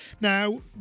Now